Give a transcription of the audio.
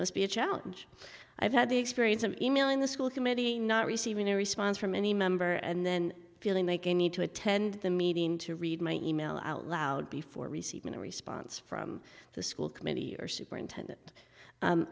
must be a challenge i've had the experience of emailing the school committee not receiving a response from any member and then feeling they can need to attend the meeting to read my email outloud before receiving a response from the school committee or superintendent